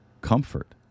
Comfort